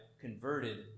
converted